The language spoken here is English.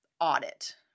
audit